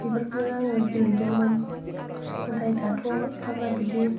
बेफोरखौनो आङो गेलेदोंमोन नाथाय दाथ' एफाग्राब बिदि